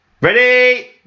Ready